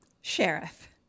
Sheriff